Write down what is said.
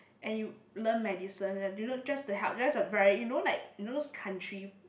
and you learn medicine you learn just to help just the very you know like you know those country